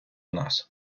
нас